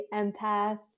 empath